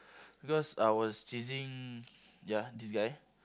because I was chasing ya this guy